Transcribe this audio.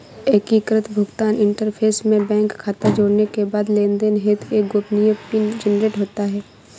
एकीकृत भुगतान इंटरफ़ेस में बैंक खाता जोड़ने के बाद लेनदेन हेतु एक गोपनीय पिन जनरेट होता है